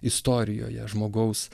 istorijoje žmogaus